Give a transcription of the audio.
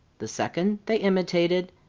the second they imitated,